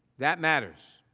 that matters.